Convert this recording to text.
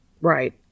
Right